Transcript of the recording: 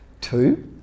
Two